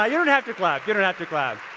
ah yeah don't have to clap, you don't have to clap.